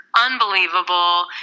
unbelievable